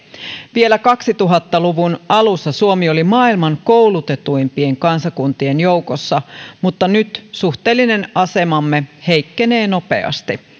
vielä kaksituhatta luvun alussa suomi oli maailman koulutetuimpien kansakuntien joukossa mutta nyt suhteellinen asemamme heikkenee nopeasti